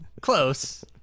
Close